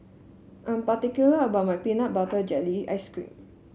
I'm particular about my Peanut Butter Jelly Ice cream